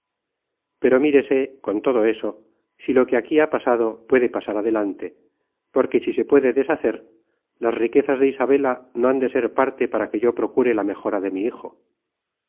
pero mírese con todo eso si lo que aquí ha pasado puede pasar adelante porque si se puede deshacer las riquezas de isabela no han de ser parte para que yo procure la mejora de mi hijo